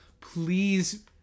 Please